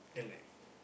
then like